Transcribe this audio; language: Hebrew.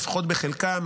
לפחות בחלקה,